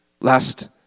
Last